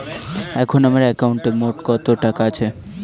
এখন আমার একাউন্টে মোট কত টাকা আছে?